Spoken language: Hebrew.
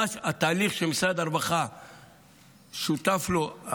התהליך שמשרד הרווחה שותף לו,